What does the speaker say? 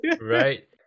Right